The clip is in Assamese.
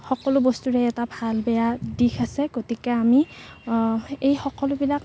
সকলো বস্তুৰে এটা ভাল বেয়া দিশ আছে গতিকে আমি এই সকলোবিলাক